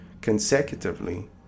consecutively